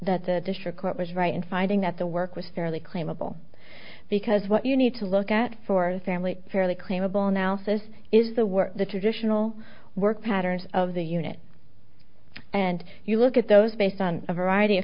that the district court was right in finding that the work was fairly claimable because what you need to look at for the family fairly claimable analysis is the work the traditional work patterns of the unit and you look at those based on a variety of